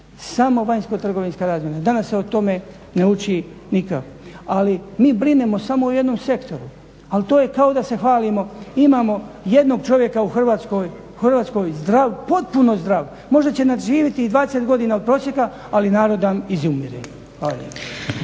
samo vanjsko trgovinska razmjena, danas se o tome ne uči nikako. Ali mi brinemo samo o jednom sektoru, ali to je kao da se hvalimo, imamo jednog čovjeka u Hrvatskoj, zdrav, potpuno zdrav, možda će nadživjeti i 20 godina od prosjeka, ali narod nam izumire. Hvala